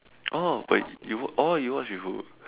oh but you watch oh you watch with who